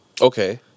Okay